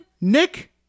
Nick